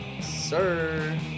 Sir